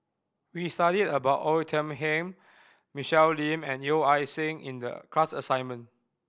we studied about Oei Tiong Ham Michelle Lim and Yeo Ah Seng in the class assignment